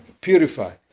Purify